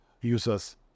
users